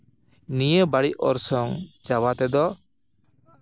ᱱᱤᱭᱟᱹ ᱵᱟᱹᱲᱤᱡ ᱚᱨᱥᱚᱝ ᱪᱟᱵᱟ ᱛᱮᱫᱚ